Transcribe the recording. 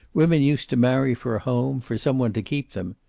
women used to marry for a home, for some one to keep them.